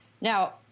Now